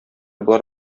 болар